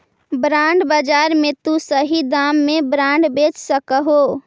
bond बाजार में तु सही दाम में बॉन्ड बेच सकऽ हे